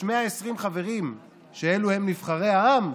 שבו יש 120 חברים שאלו הם נבחרי העם,